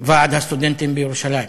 ועד הסטודנטים הערבים בירושלים.